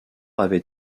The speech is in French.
avait